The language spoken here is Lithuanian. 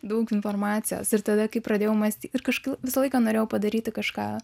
daug informacijos ir tada kai pradėjau mąsty ir kažkaip visą laiką norėjau padaryti kažką